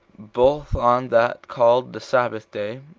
both on that called the sabbath day,